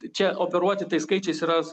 čia operuoti tai skaičiais yra